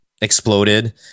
exploded